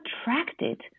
attracted